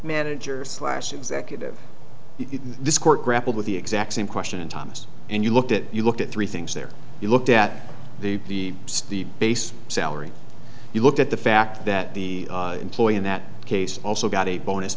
manager slash executive this court grappled with the exact same question thomas and you looked at you looked at three things there you looked at the steep base salary you looked at the fact that the employee in that case also got a bonus